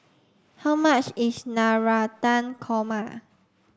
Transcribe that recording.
how much is Navratan Korma